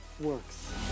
works